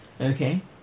Okay